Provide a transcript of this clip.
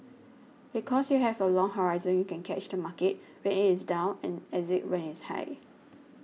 because you have a long horizon you can catch the market when it is down and exit when it's high